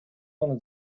гана